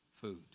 food